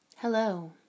Hello